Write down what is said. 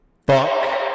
fuck